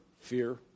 fear